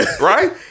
right